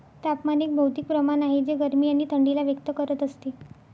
तापमान एक भौतिक प्रमाण आहे जे गरमी आणि थंडी ला व्यक्त करत असते